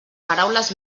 paraules